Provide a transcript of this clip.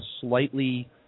slightly